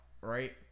Right